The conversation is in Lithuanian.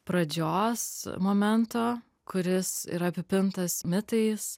pradžios momento kuris yra apipintas mitais